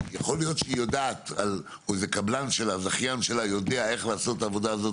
יכול להיות שהקבלן שלה או הזכיין שלה יודע לעשות את העבודה הזאת